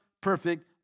perfect